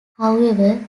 however